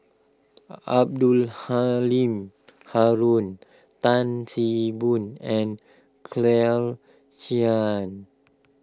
Abdul Halim Haron Tan See Boo and Claire Chiang